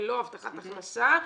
ללא הבטחת הכנסה,